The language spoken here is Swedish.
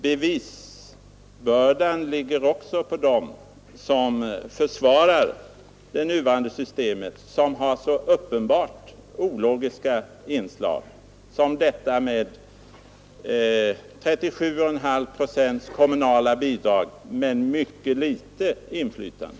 Bevisbördan ligger nämligen snarast på dem som försvarar det nuvarande systemet, vilket har så uppenbart ologiska inslag, som t.ex. detta att 37,5 procent kommunala bidrag medför mycket litet inflytande.